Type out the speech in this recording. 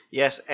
yes